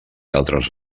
altres